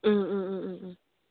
ꯎꯝ ꯎꯝ ꯎꯝ ꯎꯝ ꯎꯝ